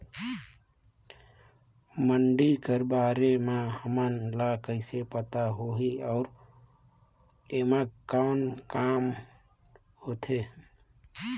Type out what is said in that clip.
मंडी कर बारे म हमन ला कइसे पता होही अउ एमा कौन काम होथे?